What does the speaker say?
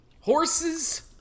horses